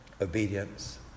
obedience